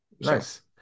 Nice